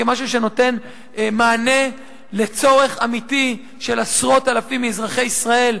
כמשהו שנותן מענה לצורך אמיתי של עשרות אלפים מאזרחי ישראל,